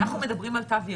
אנחנו מדברים על התו הירוק.